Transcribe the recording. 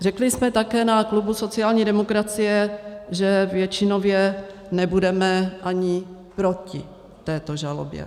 Řekli jsme také na klubu sociální demokracie, že většinově nebudeme ani proti této žalobě.